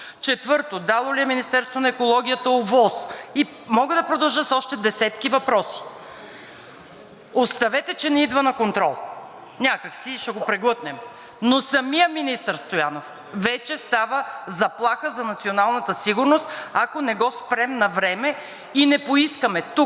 Четвърто, дало ли е Министерството на екологията ОВОС? И мога да продължа с още десетки въпроси. Оставете, че не идва на контрол, някак си ще го преглътнем. Но самият министър Стоянов вече става заплаха за националната сигурност, ако не го спрем навреме и не поискаме тук,